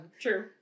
True